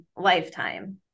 lifetime